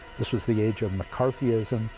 this was the age of mccarthyism,